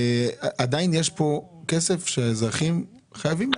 עדיין יש כאן כסף שחייבים לאזרחים.